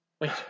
Wait